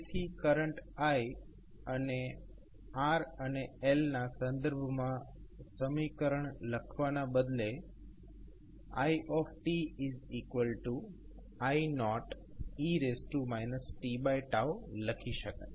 તેથી current I ને R અને L ના સંદર્ભમાં સમીકરણ લખવાના બદલે iI0e tલખી શકાય